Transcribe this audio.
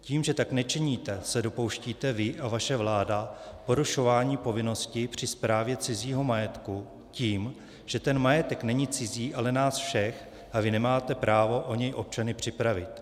Tím, že tak nečiníte, se dopouštíte vy a vaše vláda porušování povinnosti při správě cizího majetku tím, že ten majetek není cizí, ale nás všech, a vy nemáte právo o něj občany připravit.